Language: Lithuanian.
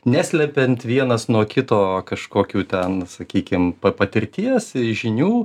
neslepiant vienas nuo kito kažkokių ten sakykim pa patirties žinių